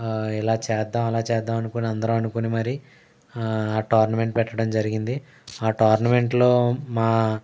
ఇలా చేద్దాము అలా చేద్దాము అనుకొని అందరం అనుకొని మరి టోర్నమెంట్ పెట్టడం జరిగింది ఆ టోర్నమెంట్లో మా